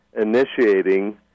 initiating